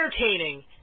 entertaining